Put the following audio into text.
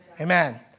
Amen